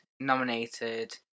nominated